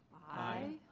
aye.